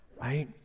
right